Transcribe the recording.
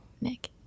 Nick